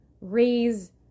raise